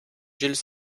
gilles